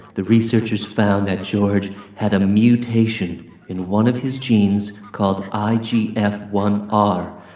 the researchers found that george had a mutation in one of his genes called i g f one r,